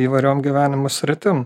įvairiom gyvenimo sritim